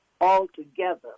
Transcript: altogether